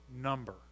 number